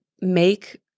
make